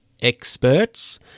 experts